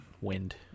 Wind